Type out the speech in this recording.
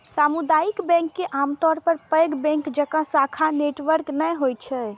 सामुदायिक बैंक के आमतौर पर पैघ बैंक जकां शाखा नेटवर्क नै होइ छै